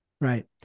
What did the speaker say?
Right